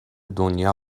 دنیا